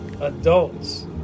adults